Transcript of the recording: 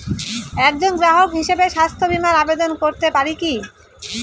একজন গ্রাহক হিসাবে স্বাস্থ্য বিমার আবেদন করতে পারি কি?